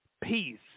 peace